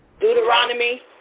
Deuteronomy